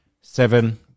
Seven